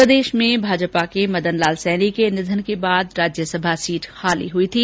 प्रदेश में भाजपा के मदनलाल सैनी के निधन के बाद राज्यसभा सीट खाली हुई थी